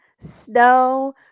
snow